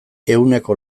ehuneko